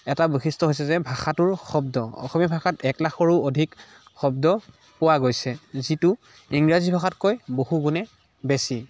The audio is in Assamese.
এটা বৈশিষ্ট্য় হৈছে যে ভাষাটোৰ শব্দ অসমীয়া ভাষাত এক লাখৰো অধিক শব্দ পোৱা গৈছে যিটো ইংৰাজী ভাষাতকৈ বহু গুণে বেছি